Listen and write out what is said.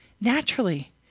naturally